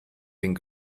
bin